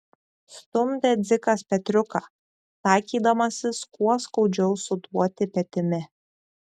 stumdė dzikas petriuką taikydamasis kuo skaudžiau suduoti petimi